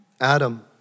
Adam